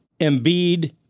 Embiid